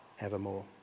evermore